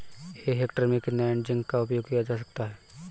एक हेक्टेयर में कितना जिंक का उपयोग किया जाता है?